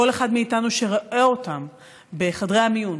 כל אחד מאיתנו שרואה אותם בחדרי המיון,